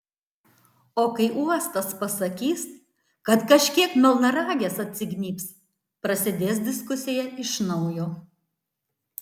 o kai uostas pasakys kad kažkiek melnragės atsignybs prasidės diskusija iš naujo